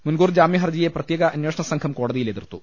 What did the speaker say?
മുൻകൂർ ജാമ്യഹർജിയെ പ്രത്യേക അന്വേഷണസംഘം കോടതിയിൽ എതിർത്തു